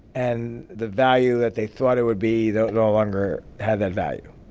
and the value that they thought it would be, they no longer had that value.